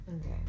Okay